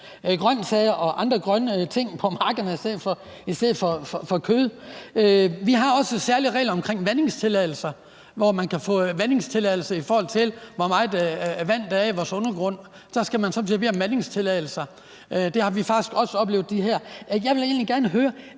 grønsager og andre grønne ting på markerne i stedet for kød. Vi har også særlige regler omkring vandingstilladelser, og man kan få vandingstilladelser, i forhold til hvor meget vand der er i vores undergrund. Der skal man somme tider bede om vandingstilladelser. Det har vi faktisk også oplevet. Jeg vil egentlig gerne høre